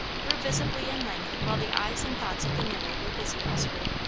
grew visibly in length while the eyes and thoughts of the knitter were busy elsewhere.